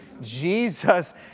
Jesus